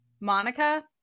Monica